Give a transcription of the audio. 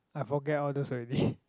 I forget all those already